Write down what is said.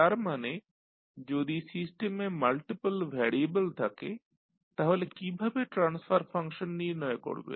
তার মানে যদি সিস্টেমে মাল্টিপল ভ্যারিয়েবল থাকে তাহলে কীভাবে ট্রান্সফার ফাংশন নির্ণয় করবেন